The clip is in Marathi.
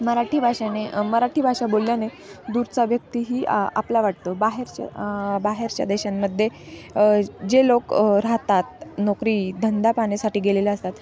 मराठी भाषेने मराठी भाषा बोलल्याने दूरचा व्यक्ती ही आपला वाटतो बाहेरच्या बाहेरच्या देशांमध्ये जे लोक राहतात नोकरी धंदा पाण्यासाठी गेलेले असतात